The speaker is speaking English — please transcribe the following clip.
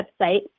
website